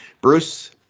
Bruce